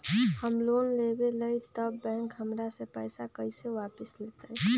हम लोन लेलेबाई तब बैंक हमरा से पैसा कइसे वापिस लेतई?